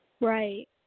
Right